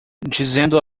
dizendo